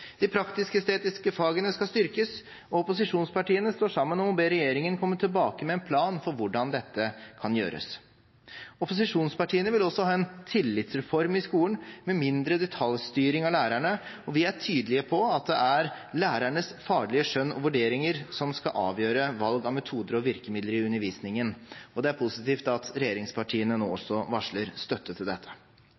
De praktisk-estetiske fagene skal styrkes, og opposisjonspartiene står sammen om å be regjeringen komme tilbake med en plan for hvordan dette kan gjøres. Opposisjonspartiene vil også ha en tillitsreform i skolen med mindre detaljstyring av lærerne, og vi er tydelige på at det er lærernes faglige skjønn og vurderinger som skal avgjøre valg av metoder og virkemidler i undervisningen. Det er positivt at regjeringspartiene nå